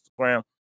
Instagram